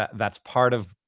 that's part of,